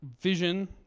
Vision